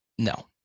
No